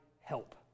help